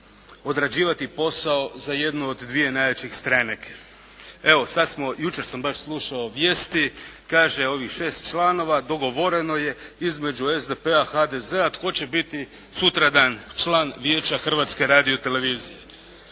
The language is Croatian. određivati posao za jednu od dvije najjače stranke. Evo sad smo, jučer sam baš slušao vijesti. Kaže, ovih 6 članova dogovoreno je između SDP-a i HDZ-a. Tko će biti sutradan član Vijeća Hrvatske radiotelevizije.